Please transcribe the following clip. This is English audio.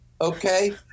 Okay